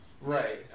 right